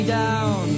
down